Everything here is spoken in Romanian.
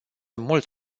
mult